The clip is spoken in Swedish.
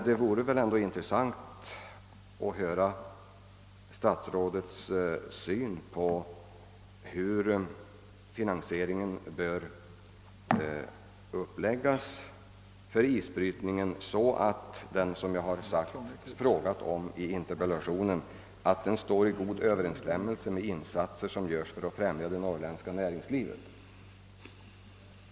Det vore emellertid intressant att få höra statsrådets syn på hur finansieringen för isbrytningen i princip bör läggas upp, så att denna kommer att stå i god överensstämmelse med de insatser som göres för att främja det norrländska näringslivet.